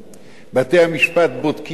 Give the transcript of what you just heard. בתי-המשפט בודקים כל תיק,